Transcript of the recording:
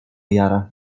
jarach